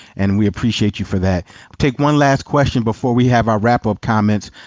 and we appreciate you for that. i will take one last question before we have our wrap-up comments.